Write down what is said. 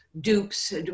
dupes